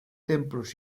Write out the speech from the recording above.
templos